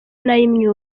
n’ay’imyuga